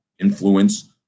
influence